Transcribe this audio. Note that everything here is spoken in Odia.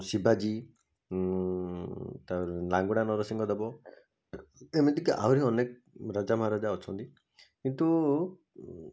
ଶିବାଜୀ ତ ଲାଙ୍ଗୁଡ଼ା ନରସିଂହ ଦେବ ଏମିତିକି ଆହୁରି ଅନେକ ରାଜା ମହାରାଜା ଅଛନ୍ତି କିନ୍ତୁ